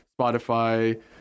Spotify